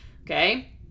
Okay